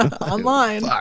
online